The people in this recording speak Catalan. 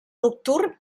nocturn